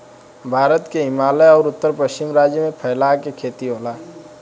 भारत के हिमालय अउर उत्तर पश्चिम राज्य में फैला के खेती होला